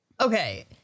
okay